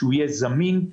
שיהיה זמין,